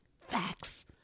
facts